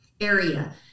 area